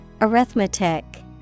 Arithmetic